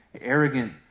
arrogant